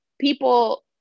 people